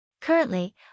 Currently